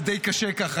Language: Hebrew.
זה די קשה ככה,